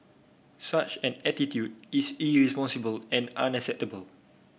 such an attitude is irresponsible and unacceptable